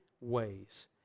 ways